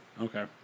okay